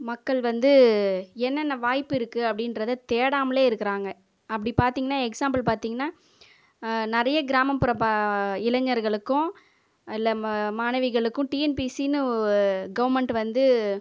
மக்கள் வந்து என்னென்ன வாய்ப்பு இருக்குது அப்படின்றதை தேடாமலேயே இருக்கிறாங்க அப்படி பார்த்தீங்கன்னா எக்ஸாம்பிள் பார்த்தீங்கன்னா நிறைய கிராமபுற இளைஞர்களுக்கும் இல்லை மாணவிகளுக்கும் டிஎன்பிஎஸ்சின்னு கவர்ன்மெண்ட் வந்து